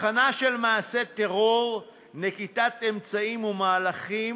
הכנה של מעשה טרור, נקיטת אמצעים ומהלכים,